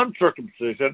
uncircumcision